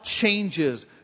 changes